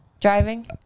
driving